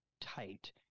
tight